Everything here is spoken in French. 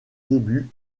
débuts